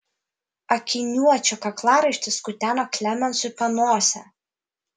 akiniuočio kaklaraištis kuteno klemensui panosę